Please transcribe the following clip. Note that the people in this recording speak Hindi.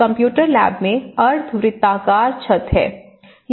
कंप्यूटर लैब में अर्ध वृत्ताकार छत है